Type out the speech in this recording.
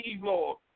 Lord